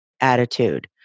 attitude